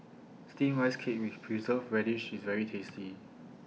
Steamed Rice Cake with Preserved Radish IS very tasty